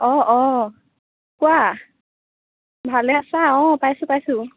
অঁ অঁ কোৱা ভালে আছা অঁ পাইছোঁ পাইছোঁ